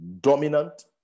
dominant